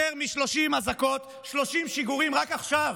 יותר מ-30 אזעקות, 30 שיגורים, רק עכשיו,